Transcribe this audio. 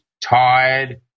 tired